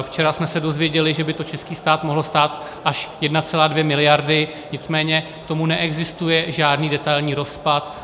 Včera jsme se dozvěděli, že by to český stát mohlo stát až 1,2 miliardy, nicméně k tomu neexistuje žádný detailní rozpad.